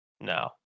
No